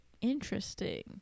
interesting